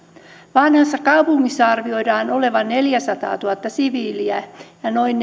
vanhassakaupungissa arvioidaan olevan neljäsataatuhatta siviiliä ja noin